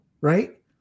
Right